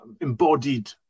embodied